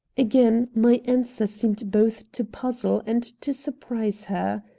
again my answer seemed both to puzzle and to surprise her.